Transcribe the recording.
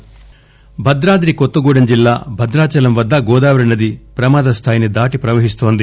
గోదావరి భద్రాద్రి కొత్తగూడెం జిల్లా భద్రాచలం వద్ద గోదావరి నది ప్రమాదస్లాయిని దాటి ప్రవహిస్తోంది